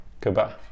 goodbye